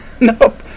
nope